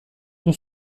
dans